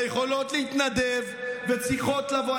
ויכולות להתנדב, וצריכות לבוא.